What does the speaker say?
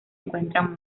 encuentran